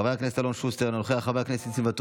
חברת הכנסת אימאן ח'טיב יאסין,